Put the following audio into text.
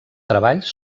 treballs